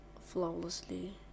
flawlessly